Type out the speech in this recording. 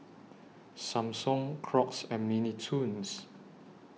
Samsung Crocs and Mini Toons